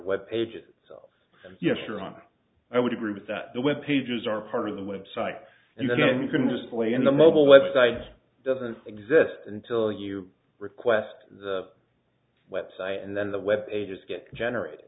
web page it yes your honor i would agree with that the web pages are part of the website and then you can display in the mobile web sites doesn't exist until you request the website and then the web pages get generated